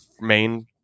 main